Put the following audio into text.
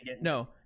no